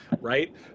right